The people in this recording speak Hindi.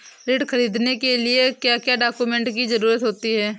ऋण ख़रीदने के लिए क्या क्या डॉक्यूमेंट की ज़रुरत होती है?